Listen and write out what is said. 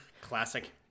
Classic